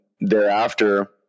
thereafter